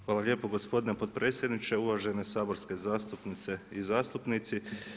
Hvala lijepa gospodine potpredsjedniče, uvažene saborske zastupnice i zastupnici.